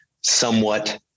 somewhat